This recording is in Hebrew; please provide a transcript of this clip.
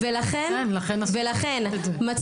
ולכן,